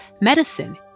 medicine